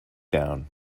down